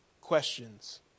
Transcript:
questions